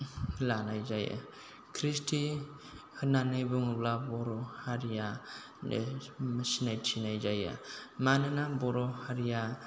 लानाय जायो खृष्टि होननानै बुङोब्ला बर' हारिआ सिनायथिनाय जायो मानो ना बर' हारिआ